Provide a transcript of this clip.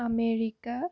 America